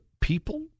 people